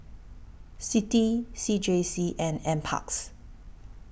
CITI C J C and N Parks